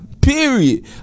period